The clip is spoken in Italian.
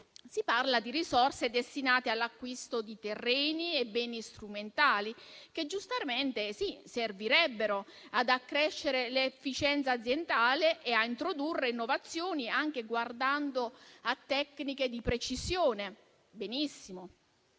Si parla di risorse destinate all'acquisto di terreni e beni strumentali, che giustamente servirebbero, sì, ad accrescere l'efficienza aziendale e a introdurre innovazioni, anche guardando a tecniche di precisione. Benissimo: